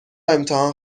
امتحان